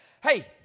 hey